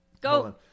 Go